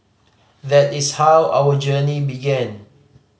that is how our journey began